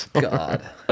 god